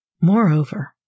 Moreover